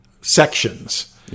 sections